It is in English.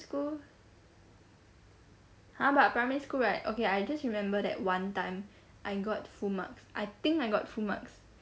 school !huh! but primary school right okay I just remember that one time I got full marks I think I got full marks